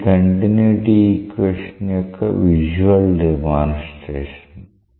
ఇది continuity equation యొక్క visual demonstration